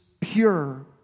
pure